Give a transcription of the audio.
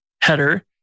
header